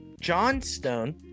Johnstone